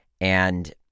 and-